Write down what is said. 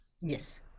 Yes